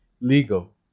legal